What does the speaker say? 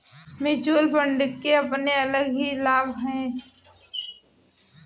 mutual fund के अपने अलग ही लाभ हैं